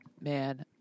man